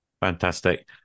fantastic